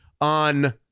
on